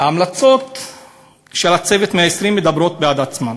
ההמלצות של "צוות 120 הימים" מדברות בעד עצמן.